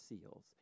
seals